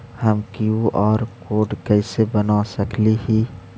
हम QR code कैसे बना सकली ही?